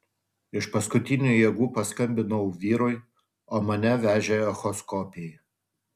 iš paskutinių jėgų paskambinau vyrui o mane vežė echoskopijai